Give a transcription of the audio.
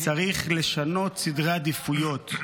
צריך לשנות סדרי עדיפויות.